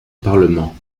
parlement